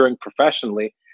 professionally